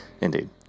Indeed